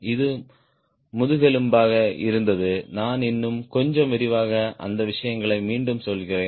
இது முதுகெலும்பாக இருந்தது நான் இன்னும் கொஞ்சம் விரிவாக அந்த விஷயங்களை மீண்டும் சொல்கிறேன்